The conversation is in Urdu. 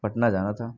پٹنہ جانا تھا